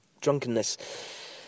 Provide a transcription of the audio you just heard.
drunkenness